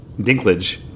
Dinklage